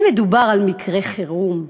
לא מדובר במקרה חירום,